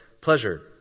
pleasure